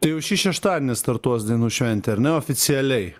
tai jau šį šeštadienį startuos dainų šventė ar ne oficialiai